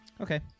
Okay